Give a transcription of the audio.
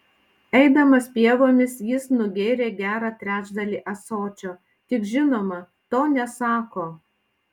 eidamas pievomis jis nugėrė gerą trečdalį ąsočio tik žinoma to nesako